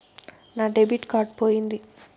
నా debit card పోయింది